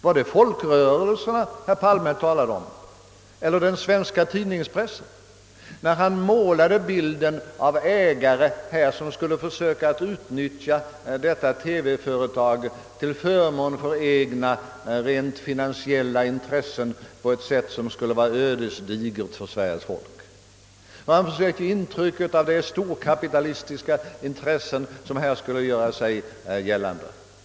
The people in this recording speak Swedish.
Talade han om folkrörelserna eller om den svenska pressen, när han målade upp bilden av ägare som skulle komma att utnyttja detta TV-företag för sina egna rent finansiella intressen på ett sätt som skulle bli ödesdigert för Sveriges folk? Eller då han försökte ge intryck av att de stora kapitalistiska intressena skulle komma att göra sig gällande i detta företag?